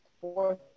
fourth